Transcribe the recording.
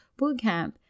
Bootcamp